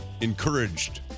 encouraged